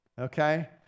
okay